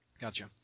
Gotcha